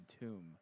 tomb